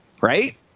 Right